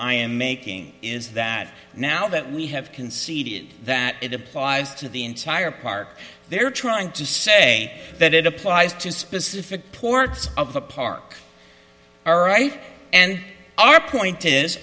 i am making is that now that we have conceded that it applies to the entire park they're trying to say that it applies to specific ports of the park all right and our point is